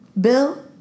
Bill